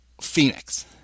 Phoenix